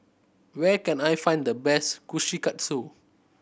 where can I find the best Kushikatsu